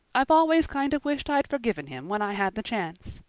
i've always kind of wished i'd forgiven him when i had the chance.